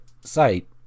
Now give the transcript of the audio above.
site